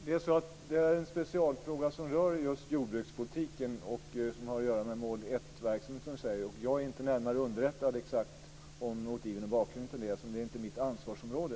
Fru talman! Det här är en specialfråga som rör just jordbrukspolitiken. Den har att göra med mål 1 verksamheten. Jag är inte närmare underrättad om motiven och bakgrunden till det, eftersom det inte är mitt ansvarsområde.